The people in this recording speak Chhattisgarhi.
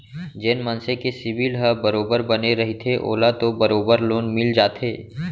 जेन मनसे के सिविल ह बरोबर बने रहिथे ओला तो बरोबर लोन मिल जाथे